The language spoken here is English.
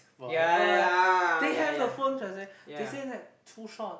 forever they have the phone transaction they say that too short